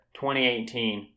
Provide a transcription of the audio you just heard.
2018